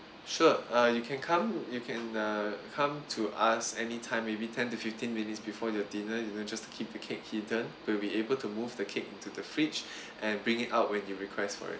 sure uh you can come you can uh come to us any time maybe ten to fifteen minutes before your dinner you know just to keep the cake hidden we'll be able to move the cake into the fridge and bring it out when you request for it